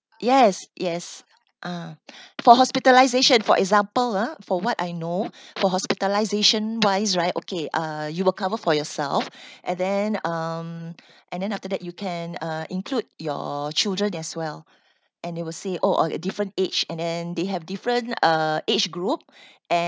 yes yes ah for hospitalisation for example ah for what I know for hospitalisation wise right okay uh you will cover for yourself and then um and then after that you can uh include your children as well and they will say oh oh different age and then they have different uh age group and